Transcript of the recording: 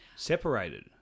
Separated